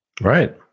Right